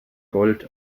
gold